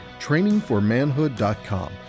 trainingformanhood.com